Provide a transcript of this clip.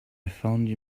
found